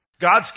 God's